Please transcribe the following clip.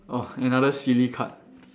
oh another silly card